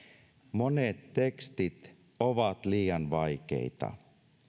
monet tekstit ovat liian vaikeita